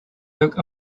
book